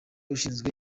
ushinzwe